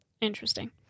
Interesting